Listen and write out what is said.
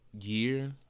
year